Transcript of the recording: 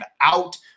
out